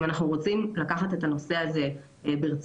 אם אנחנו רוצים לקחת את הנושא הזה ברצינות,